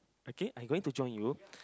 okay I going to join you